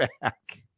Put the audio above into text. back